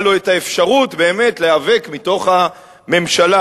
לו האפשרות באמת להיאבק מתוך הממשלה.